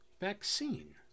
vaccine